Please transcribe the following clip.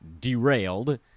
derailed